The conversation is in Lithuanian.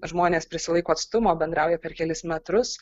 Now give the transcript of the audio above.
žmonės prisilaiko atstumo bendrauja per kelis metrus